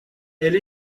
elle